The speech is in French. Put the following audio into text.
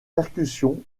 percussion